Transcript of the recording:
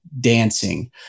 dancing